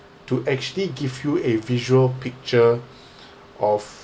to actually give you a visual picture of